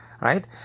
Right